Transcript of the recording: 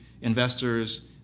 investors